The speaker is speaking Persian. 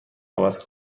عوض